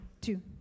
two